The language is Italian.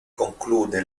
conclude